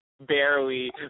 barely